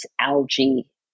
algae